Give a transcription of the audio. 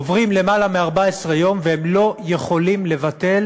עוברים למעלה מ-14 יום והם לא יכולים לבטל